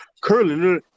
curly